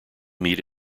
meet